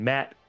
Matt